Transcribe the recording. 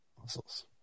Muscles